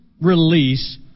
release